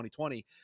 2020